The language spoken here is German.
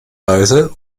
reise